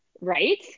Right